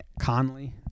Conley